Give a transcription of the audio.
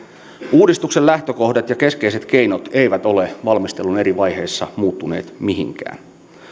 uudistuksen lähtökohdat ja keskeiset keinot eivät ole valmistelun eri vaiheissa muuttuneet mihinkään